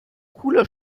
cooler